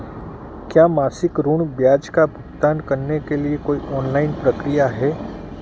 क्या मासिक ऋण ब्याज का भुगतान करने के लिए कोई ऑनलाइन प्रक्रिया है?